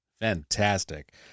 Fantastic